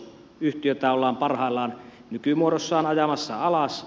yhtiötä ollaan parhaillaan nykymuodossaan ajamassa alas